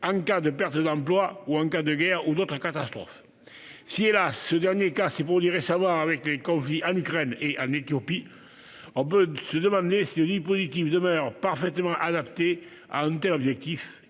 en cas de perte d'emploi, de guerre ou d'autre catastrophe. Si ce dernier cas s'est produit récemment avec les conflits en Ukraine ou en Éthiopie, on peut se demander si le dispositif demeure parfaitement adapté à un tel objectif,